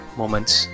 moments